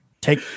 Take